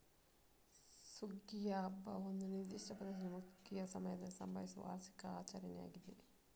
ಸುಗ್ಗಿಯ ಹಬ್ಬವು ಒಂದು ನಿರ್ದಿಷ್ಟ ಪ್ರದೇಶದ ಮುಖ್ಯ ಸುಗ್ಗಿಯ ಸಮಯದಲ್ಲಿ ಸಂಭವಿಸುವ ವಾರ್ಷಿಕ ಆಚರಣೆಯಾಗಿದೆ